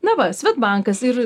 na va svedbankas ir